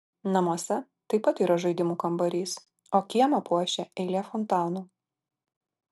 namuose taip pat yra žaidimų kambarys o kiemą puošia eilė fontanų